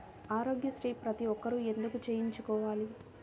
ఆరోగ్యశ్రీ ప్రతి ఒక్కరూ ఎందుకు చేయించుకోవాలి?